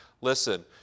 Listen